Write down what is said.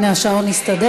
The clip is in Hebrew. הינה, השעון הסתדר.